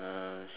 uh